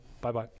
Bye-bye